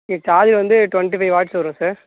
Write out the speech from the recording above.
இங்கே சார்ஜர் வந்து twenty five watts வரும் சார்